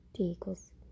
equals